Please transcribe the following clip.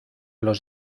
los